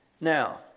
Now